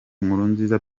nkurunziza